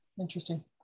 Interesting